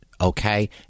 okay